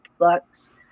books